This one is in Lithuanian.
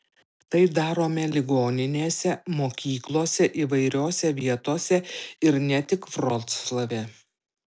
tai darome ligoninėse mokyklose įvairiose vietose ir ne tik vroclave